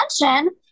attention